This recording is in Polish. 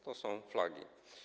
To są flagi.